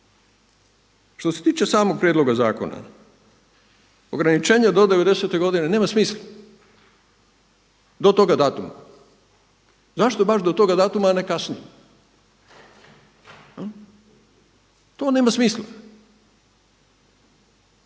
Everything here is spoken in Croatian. Što se tiče samog prijedloga zakona, ograničenja do 90-te godine nema smisla do toga datuma. Zašto baš do toga datuma, a ne kasnije? Jel'? To nema smisla.